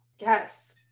Yes